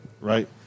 right